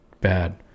bad